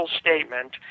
statement